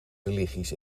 religies